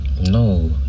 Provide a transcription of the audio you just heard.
No